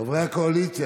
חברי הקואליציה,